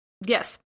Yes